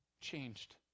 changed